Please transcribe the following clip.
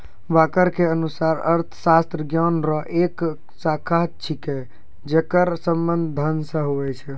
walker के अनुसार अर्थशास्त्र ज्ञान रो एक शाखा छिकै जेकर संबंध धन से हुवै छै